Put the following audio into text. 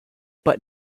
but